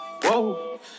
Whoa